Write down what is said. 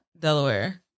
Delaware